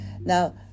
Now